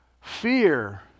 Fear